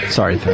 Sorry